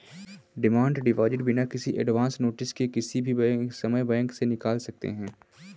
demand deposit बिना किसी advance notice के किसी भी समय बैंक से निकाल सकते है